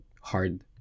hard